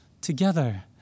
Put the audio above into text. together